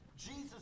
Jesus